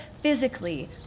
physically